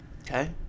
Okay